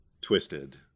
twisted